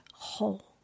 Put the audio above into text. whole